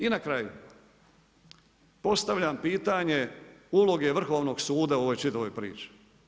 I na kraju, postavljam pitanje uloge Vrhovnog suda u ovoj čitavoj priči.